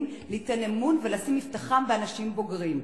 ליתן אמון ולשים את מבטחם באנשים בוגרים".